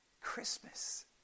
Christmas